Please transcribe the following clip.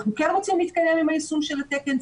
אנחנו כן רוצים להתקדם עם היישום של התקן,